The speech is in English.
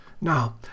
Now